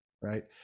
right